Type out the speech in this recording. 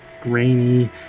grainy